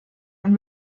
und